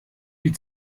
die